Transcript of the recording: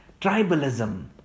tribalism